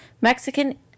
Mexican